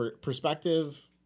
perspective